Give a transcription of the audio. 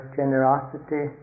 generosity